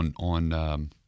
on